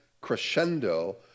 crescendo